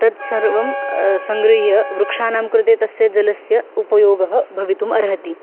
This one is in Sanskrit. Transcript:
तत्सर्वं सङ्गृह्य वृक्षानां कृते तस्य जलस्य उपयोगः भवितुम् अर्हति